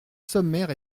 sommaire